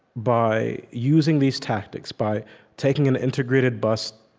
by using these tactics, by taking an integrated bus,